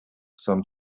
some